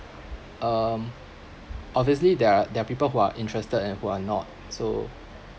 um obviously there are there are people who are interested and who are not so